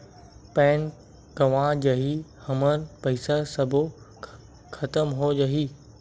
Pan गंवा जाही हमर पईसा सबो खतम हो जाही?